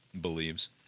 believes